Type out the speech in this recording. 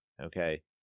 okay